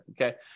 okay